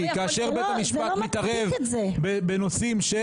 כאשר בית המשפט מתערב בנושאים -- זה לא מצדיק את זה.